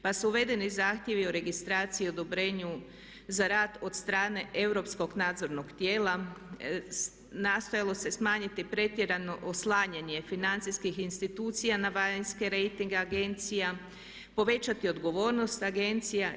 Pa su uvedeni zahtjevi o registraciji i odobrenju za rad od strane europskog nadzornog tijela, nastojalo se smanjiti pretjerano oslanjanje financijskih institucija na vanjske rejtinge agencija, povećati odgovornost agencija.